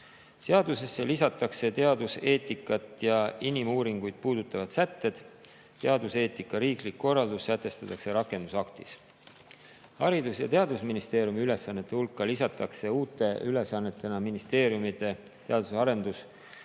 Seadusesse lisatakse teaduseetikat ja inimuuringuid puudutavad sätted. Teaduseetika riiklik korraldus sätestatakse rakendusaktis. Haridus- ja Teadusministeeriumi ülesannete hulka lisatakse ministeeriumide teadus- ja